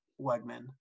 Wegman